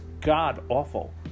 god-awful